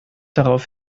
darauf